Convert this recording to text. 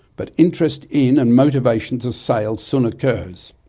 but interest in and motivation to sail soon occurs.